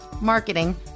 marketing